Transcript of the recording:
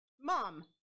Mom